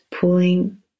pulling